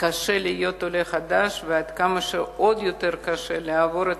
קשה להיות עולה חדש ועד כמה עוד יותר קשה לעבור את